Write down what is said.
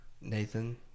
Nathan